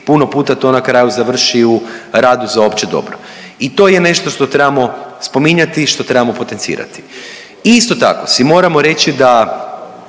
puno puta to na kraju završi u radu za opće dobro i to je nešto što trebamo spominjati i što trebamo potencirati. Isto tako si moramo reći da,